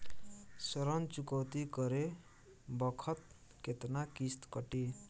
ऋण चुकौती करे बखत केतना किस्त कटी?